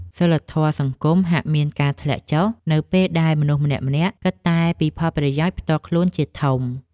សីលធម៌សង្គមហាក់មានការធ្លាក់ចុះនៅពេលដែលមនុស្សម្នាក់ៗគិតតែពីផលប្រយោជន៍ផ្ទាល់ខ្លួនជាធំ។